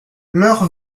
leur